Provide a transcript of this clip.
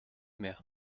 mehr